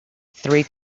three